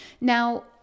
Now